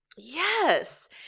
Yes